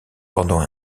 pendant